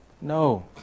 No